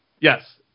Yes